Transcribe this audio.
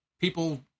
people